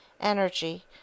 energy